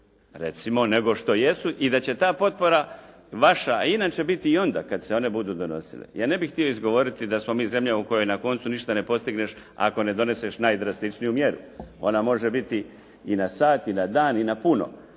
recimo nego što jesu i da će ta potpora vaša inače biti i onda kad se one budu donosile. Ja ne bih htio izgovoriti da smo mi zemlja u kojoj na koncu ništa ne postigneš ako ne doneseš najdrastičniju mjeru. Ona može biti i na sat i na dan, i na puno